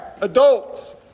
Adults